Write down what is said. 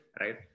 right